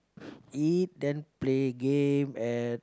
eat then play game and